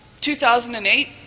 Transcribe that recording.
2008